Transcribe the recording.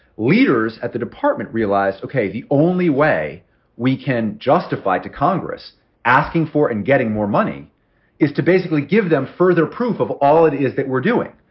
leaders at the department realized the only way we can justify to congress asking for and getting more money is to basically give them further proof of all it is that we're doing.